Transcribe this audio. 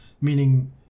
meaning